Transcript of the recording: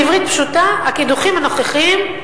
בעברית פשוטה: הקידוחים הנוכחיים,